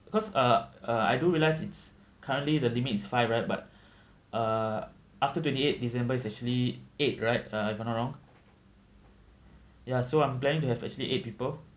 because uh uh I do realise it's currently the limit is five right but uh after twenty eight december is actually eight right uh if I'm not wrong ya so I'm planning to have actually eight people